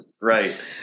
right